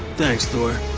thanks thor!